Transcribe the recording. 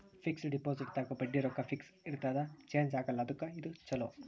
fix deposit ದಾಗ ಬಡ್ಡಿ ರೊಕ್ಕ ಫಿಕ್ಸ್ ಇರ್ತದ ಚೇಂಜ್ ಆಗಲ್ಲ ಅದುಕ್ಕ ಇದು ಚೊಲೊ